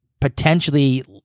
potentially